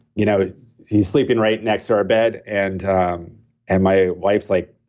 you know he's sleeping right next to our bed and um and my wife's like,